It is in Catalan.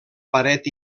paret